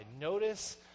Notice